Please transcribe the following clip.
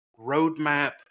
roadmap